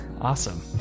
awesome